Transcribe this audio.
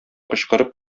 кычкырып